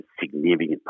significant